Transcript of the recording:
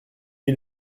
est